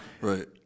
right